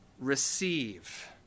receive